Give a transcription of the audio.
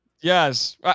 Yes